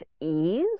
ease